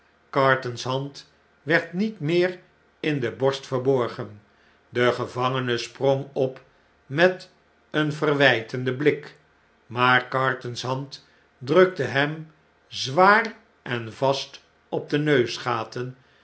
carton's hand werd niet meer in de borst verborgen de gevangene sprong op met een verwjjtenden blik maar carton's hand drukte hem zwaar en vast op de